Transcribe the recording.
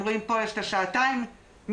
אם היא תוקצבה רק בגין 90% היא תוקצב 90%